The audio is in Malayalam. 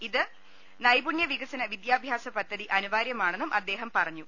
ഇതിന് നൈപുണ്യ വികസന വിദ്യാ ഭ്യാസ പദ്ധതി അനിവാര്യമാണെന്നും അദ്ദേഹം പറഞ്ഞു